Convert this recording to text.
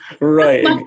Right